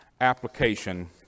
application